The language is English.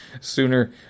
sooner